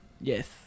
Yes